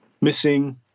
missing